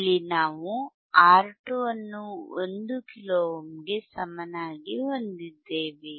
ಇಲ್ಲಿ ನಾವು R2 ಅನ್ನು 1 ಕಿಲೋ ಓಮ್ಗೆ ಸಮನಾಗಿ ಹೊಂದಿದ್ದೇವೆ